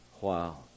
Wow